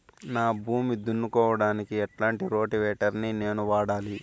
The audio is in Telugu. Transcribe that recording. నా భూమి దున్నుకోవడానికి ఎట్లాంటి రోటివేటర్ ని నేను వాడాలి?